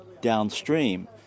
downstream